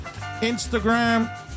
instagram